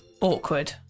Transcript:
Awkward